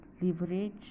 Leverage